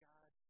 God